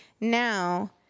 now